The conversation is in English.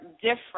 different